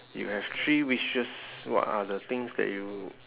you have three wishes what are the things that you